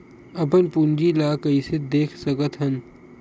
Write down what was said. अपन पूंजी ला कइसे देख सकत हन?